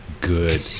good